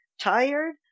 tired